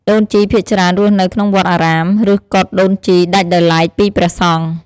ដូនជីភាគច្រើនរស់នៅក្នុងវត្តអារាម ឬកុដិដូនជីដាច់ដោយឡែកពីព្រះសង្ឃ។